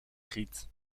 giet